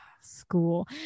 school